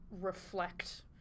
reflect